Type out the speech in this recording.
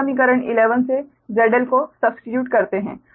अब समीकरण 11 से ZL को सब्स्टीट्यूट करते है